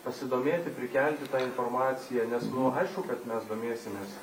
pasidomėti prikelti tą informaciją nes nu aišku kad mes domėsimės